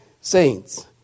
Saints